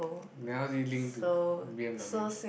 then how do you link to B_M_W